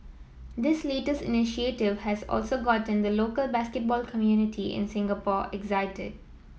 this latest initiative has also gotten the local basketball community in Singapore